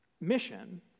mission